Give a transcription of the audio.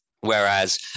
Whereas